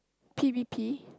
P V P